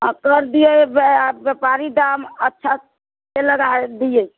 कर दियै व्यापारी दाम अच्छा से लगाए दियै